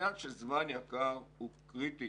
העניין של זמן יקר הוא קריטי,